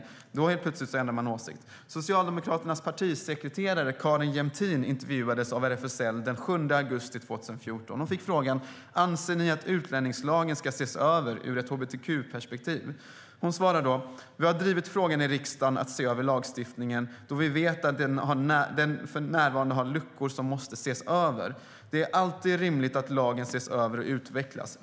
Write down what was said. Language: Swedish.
Då ändrade man helt plötsligt åsikt. Socialdemokraternas partisekreterare Carin Jämtin intervjuades av RFSL den 7 augusti 2014. Hon fick frågan: "Anser ni att utlänningslagen ska ses över, ur ett hbtq-perspektiv?" Hon svarade då: "Vi har drivit frågan i riksdagen att se över lagstiftningen då vi vet att den nuvarande har luckor som måste ses över. Det är alltid rimligt att lagen ses över och utvecklas.